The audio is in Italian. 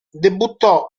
debuttò